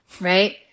Right